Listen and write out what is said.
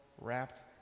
wrapped